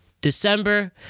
December